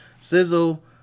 sizzle